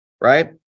right